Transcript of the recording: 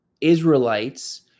Israelites